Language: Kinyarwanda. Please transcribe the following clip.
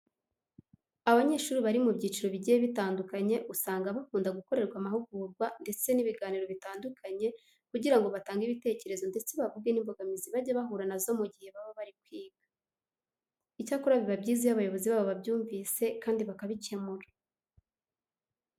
Abanyeshuri bari mu byiciro bigiye bitandukanye usanga bakunda gukorerwa amahugurwa ndetse n'ibiganiro bitandukanye kugira ngo batange ibitekerezo ndetse bavuge n'imbogamizi bajya bahura na zo mu gihe baba bari kwiga. Icyakora biba byiza iyo abayobozi babo babyumvise kandi bakabikemura.